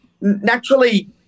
naturally –